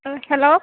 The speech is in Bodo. अ हेल्ल'